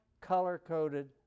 color-coded